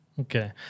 Okay